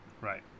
Right